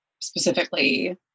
specifically